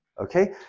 Okay